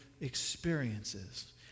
experiences